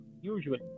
usually